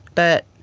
but